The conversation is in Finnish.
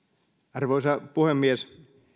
arvoisa puhemies